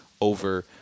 over